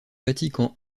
vatican